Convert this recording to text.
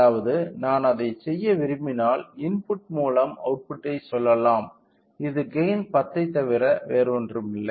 அதாவது நான் அதைச் செய்ய விரும்பினால் இன்புட் மூலம் அவுட்புட்டைச் சொல்லலாம் இது கெய்ன் 10 ஐத் தவிர வேறில்லை